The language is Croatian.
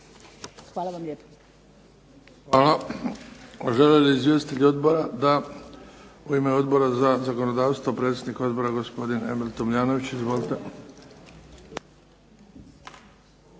Luka (HDZ)** Hvala. Žele li izvjestitelji odbora? Da. U ime Odbora za zakonodavstvo, predsjednik odbora gospodin Emil Tomljanović. Izvolite.